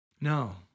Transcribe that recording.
No